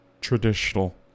Traditional